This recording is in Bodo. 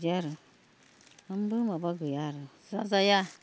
बिदि आरो मोनबो माबा गैया आरो जाजाया